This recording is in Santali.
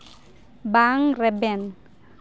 ᱵᱟᱝ ᱨᱮᱵᱮᱱ